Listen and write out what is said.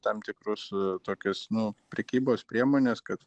tam tikrus tokius nu prekybos priemones kad